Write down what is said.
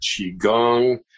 qigong